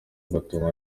batungwa